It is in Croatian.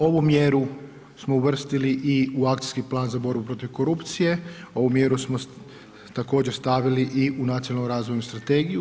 Ovu mjeru smo uvrstili i u akcijski plan za borbu protiv korupcije, ovu mjeru smo također stavili i u nacionalnu razvojnu strategiju.